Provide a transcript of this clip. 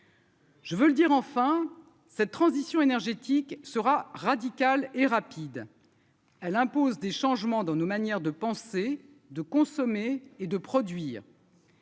Je veux le dire enfin cette transition énergétique sera radicale et rapide, elles imposent des changements dans nos manières de penser, de consommer et de produire.